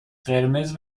قرمز